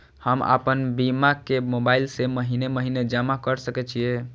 हम आपन बीमा के मोबाईल से महीने महीने जमा कर सके छिये?